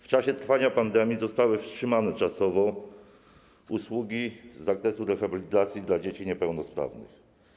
W czasie trwania pandemii zostały też wstrzymane czasowo usługi z zakresu rehabilitacji dla dzieci niepełnosprawnych.